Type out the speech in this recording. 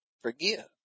forgive